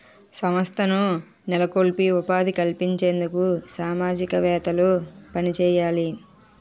సంస్థలను నెలకొల్పి ఉపాధి కల్పించేందుకు సామాజికవేత్తలు పనిచేయాలి